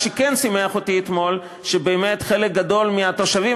מה שכן שימח אותי אתמול הוא שבאמת חלק גדול מהתושבים